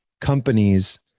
companies